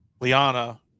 Liana